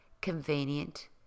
convenient